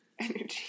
energy